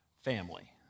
family